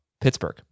Pittsburgh